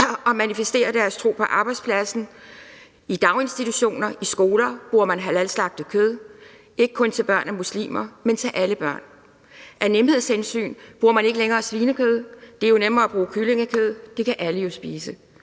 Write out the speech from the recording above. og manifesterer deres tro på arbejdspladsen; i daginstitutioner, i skoler bruger man halalslagtet kød, ikke kun til børn af muslimer, men til alle børn; af nemheds hensyn bruger man ikke længere svinekød – det er nemmere at bruge kyllingekød, for det kan alle jo spise;